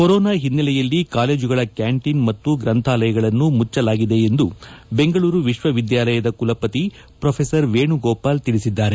corona ಹಿನ್ನೆಲೆಯಲ್ಲಿ ಕಾಲೇಜುಗಳ canteen ಮತ್ತು ಗ್ರಂಥಾಲಯಗಳನ್ನು ಮುಚ್ಚಲಾಗಿದೆ ಎಂದು ಬೆಂಗಳೂರು ವಿಶ್ವವಿದ್ವಾಲಯದ ಕುಲಪತಿ ಪ್ರೊ ವೇಣುಗೋಪಾಲ್ ತಿಳಿಸಿದ್ದಾರೆ